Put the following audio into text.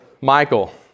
Michael